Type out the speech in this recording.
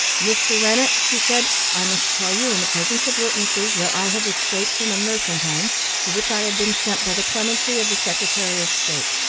mr. rennett, he said, i must tell you in the presence of witnesses, that i have escaped from a nursing home to which i had been sent by the clemency of the secretary of state.